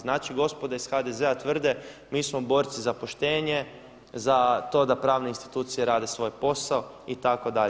Znači gospoda iz HDZ-a tvrde mi smo borci za poštenje, za to da pravne institucije rade svoj posao itd.